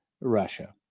Russia